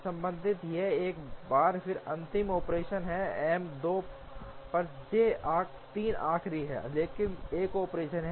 संबंधित यह एक बार फिर से अंतिम ऑपरेशन है एम 2 पर जे 3 आखिरी है लेकिन एक ऑपरेशन है